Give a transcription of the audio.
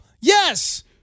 Yes